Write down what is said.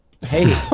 Hey